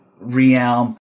realm